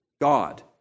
God